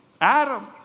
Adam